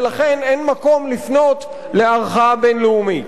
ולכן אין מקום לפנות לערכאה בין-לאומית.